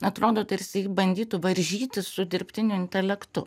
atrodo tarsi ji bandytų varžytis su dirbtiniu intelektu